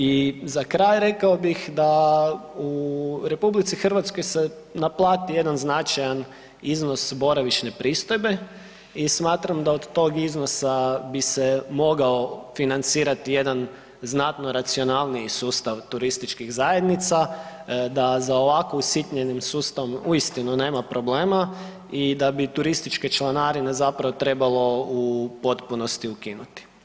I za kraj rekao bih da u RH se naplati jedan značajan iznos boravišne pristojbe i smatram da od tog iznosa bi se mogao financirati jedan znatno racionalniji sustav turističkih zajednica da za ovako usitnjenim sustavom uistinu nema problema i da bi turističke članarine zapravo trebalo u potpunosti ukinuti.